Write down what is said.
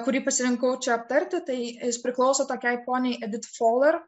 kurį pasirinkau čia aptarti tai jispriklauso tokiai poniai edit foler